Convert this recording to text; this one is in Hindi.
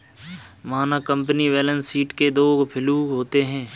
मानक कंपनी बैलेंस शीट के दो फ्लू होते हैं